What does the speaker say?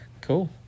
Cool